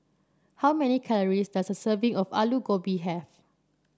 how many calories does a serving of Aloo Gobi have